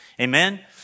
Amen